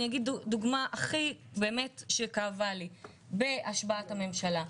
אני אתן דוגמה שהכי כאבה לי בהשבעת הממשלה.